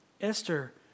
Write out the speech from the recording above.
Esther